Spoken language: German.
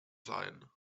sein